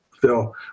Phil